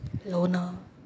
loner